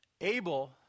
Abel